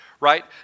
right